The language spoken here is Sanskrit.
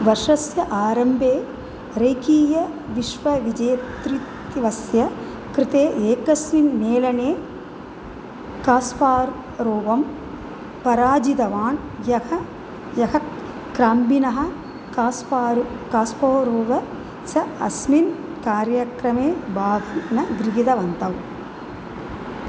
वर्षस्य आरम्भे रेखीयविश्वविजेतृत्वस्य कृते एकस्मिन् मेलने कास्पार्रेवं पराजितवान् यः यः क्राम्बिनः कास्पार् कास्पोरोवर् सः अस्मिन् कार्यक्रमे भागं न गृहितवन्तौ